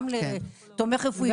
גם לתומך רפואי,